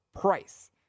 price